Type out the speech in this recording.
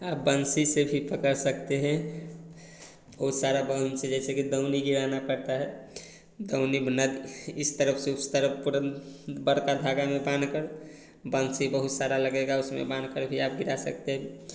आप बंसी से भी पकड़ सकते हैं ओ सारा बंसी जैसे कि दौनी गिराना पड़ता है दौनी बन्नत इस तरफ़ से उस तरफ़ पुरन बड़का धागा में बांधकर बंसी बहुत सारा लगेगा उसमें बान्हकर भी आप गिरा सकते हैं